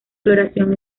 floración